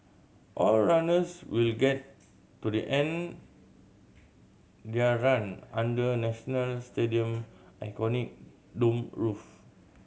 all runners will get to the end their run under the National Stadium iconic domed roof